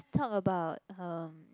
talk about um